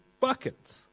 buckets